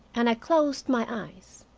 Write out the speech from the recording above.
and i closed my eyes.